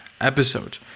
episode